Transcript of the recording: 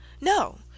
No